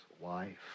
wife